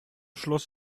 schloss